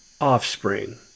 offspring